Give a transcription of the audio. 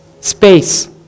Space